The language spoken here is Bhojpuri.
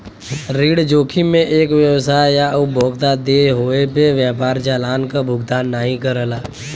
ऋण जोखिम में एक व्यवसाय या उपभोक्ता देय होये पे व्यापार चालान क भुगतान नाहीं करला